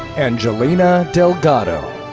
angelina delgado.